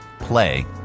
play